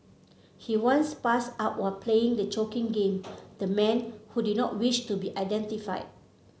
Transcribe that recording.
he once passed out while playing the choking game the man who did not wish to be identified